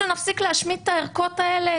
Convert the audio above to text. שנפסיק להשמיד את הערכות האלה,